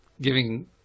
giving